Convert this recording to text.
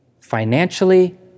Financially